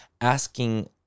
asking